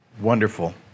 wonderful